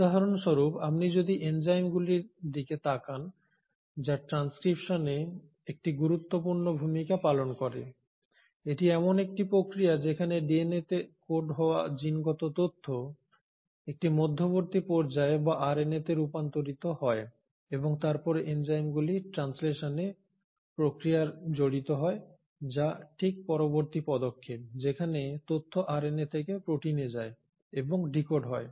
উদাহরণস্বরূপ আপনি যদি এনজাইমগুলির দিকে তাকান যা ট্রান্সক্রিপশনে একটি গুরুত্বপূর্ণ ভূমিকা পালন করে এটি এমন একটি প্রক্রিয়া যেখানে ডিএনএতে কোড হওয়া জিনগত তথ্য একটি মধ্যবর্তী পর্যায় বা আরএনএতে রূপান্তরিত হয় এবং তারপরে এনজাইমগুলি ট্রানসলেশন প্রক্রিয়ায় জড়িত হয় যা ঠিক পরবর্তী পদক্ষেপ যেখানে তথ্য আরএনএ থেকে প্রোটিনে যায় এবং ডিকোড হয়